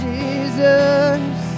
Jesus